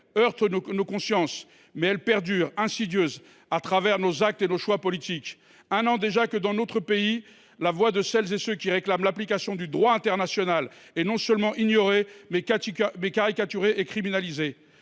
heurte nos consciences, mais elle perdure, insidieuse, dans nos actes et nos choix politiques. Voilà un an déjà que, dans notre propre pays, la voix de celles et de ceux qui réclament l’application du droit international est non seulement ignorée, mais caricaturée et criminalisée.